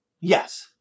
Yes